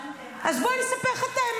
אז בוא, אני אספר לך את האמת.